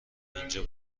اینجا